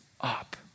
up